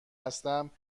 هستم